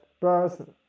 person